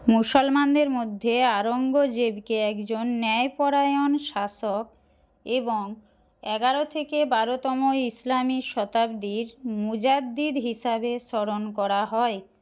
মুসলমানদের মধ্যে আওরঙ্গজেবকে একজন ন্যায়পরায়ণ শাসক এবং এগারো থেকে বারোতম ইসলামী শতাব্দীর মুজাদ্দিদ হিসাবে স্মরণ করা হয়